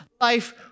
life